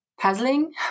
puzzling